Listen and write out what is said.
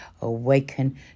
awaken